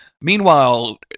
meanwhile